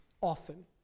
often